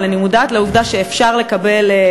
אבל אני מודעת לעובדה שאפשר לקבל,